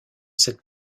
cette